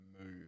move